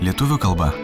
lietuvių kalba